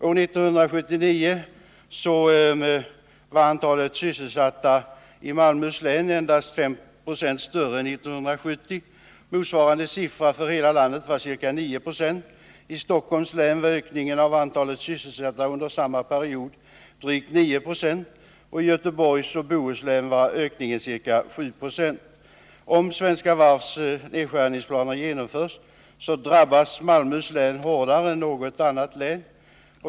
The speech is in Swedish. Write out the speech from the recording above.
År 1979 var antalet sysselsatta i Malmöhus län endast 5 4 större än 1970. Motsvarande siffra för hela landet varca9 20. I Stockholms län var ökningen av antalet sysselsatta under samma period drygt 9 20. Och i Göteborgs och Bohus län var ökningen ca 7 96. Om Svenska Varvs nedskärningsplaner genomförs, drabbas Malmöhus län hårdare än något annat län.